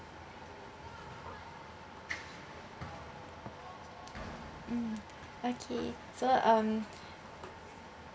mm okay so um